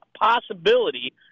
possibility